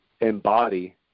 embody